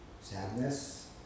sadness